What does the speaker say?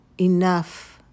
enough